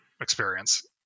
experience